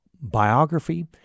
biography